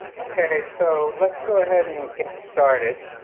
okay, so let's go ahead, and get started.